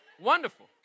wonderful